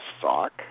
sock